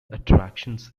attractions